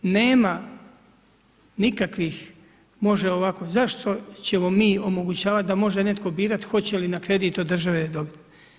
Nema nikakvih, može ovako, zašto ćemo mi omogućavati da može netko birati hoće li na kredit od države dobiti.